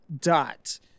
dot